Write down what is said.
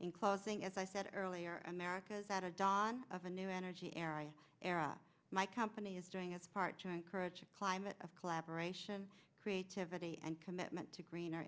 in closing as i said earlier america is at a dawn of a new energy era era my company is doing its part to encourage a climate of collaboration creativity and commitment to green